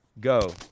Go